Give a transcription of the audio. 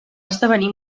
esdevenir